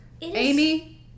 Amy